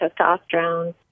testosterone